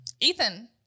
Ethan